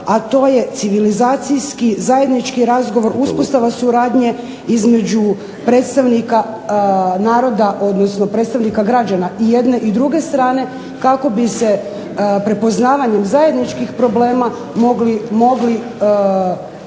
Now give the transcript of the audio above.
to je civilizacijski, zajednički razgovor, uspostava suradnje između predstavnika građana i jedne i druge strane kako bi se prepoznavanjem zajedničkih problema mogli zajedničke